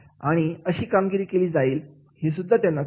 आणि कामगिरी कशी केली जाईल हे सुद्धा त्यांना कळेल